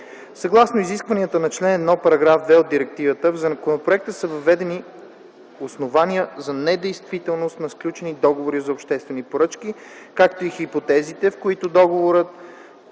Съгласно изискванията на чл. 1, § 2 от директивата в законопроекта са въведени основания за недействителност на сключени договори за обществени поръчки, както и хипотезите, в които договорът